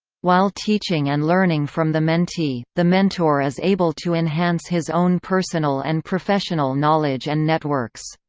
while teaching and learning from the mentee, the mentor is able to enhance his own personal and professional knowledge and networks.